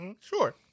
Sure